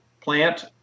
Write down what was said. plant